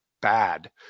bad